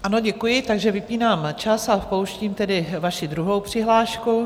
Ano, děkuji, takže vypínám čas a pouštím tedy vaši druhou přihlášku.